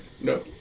No